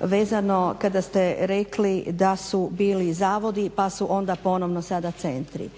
vezano kada ste rekli da su bili zavodi pa su onda ponovno sada centri.